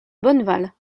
bonneval